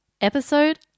Episode